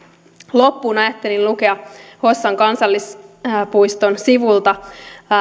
loppuun ajattelin lukea hossan kansallispuiston sivulta